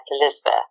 Elizabeth